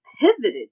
pivoted